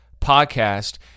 podcast